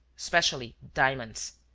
especially diamonds.